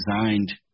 designed